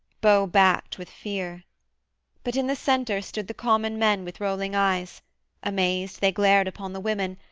bow-backed with fear but in the centre stood the common men with rolling eyes amazed they glared upon the women,